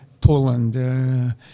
Poland